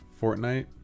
Fortnite